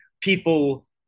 people